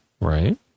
Right